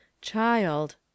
Child